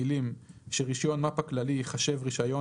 המילים "שרישיון מפ"א כללי ייחשב רישיון